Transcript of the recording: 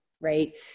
right